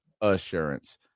assurance